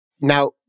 Now